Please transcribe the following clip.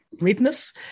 Redness